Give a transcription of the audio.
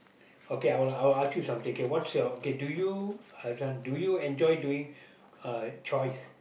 okay I will I will ask you something okay what's your okay do you uh this one do you enjoy doing uh choice